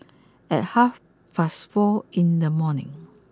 at half past four in the morning